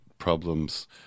problems